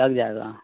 لگ جائے گا